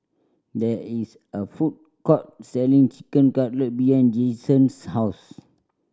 there is a food court selling Chicken Cutlet behind Jayvon's house